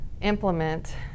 implement